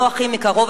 לא הכי מקרוב,